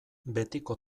betiko